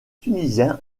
tunisien